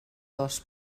dos